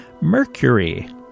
mercury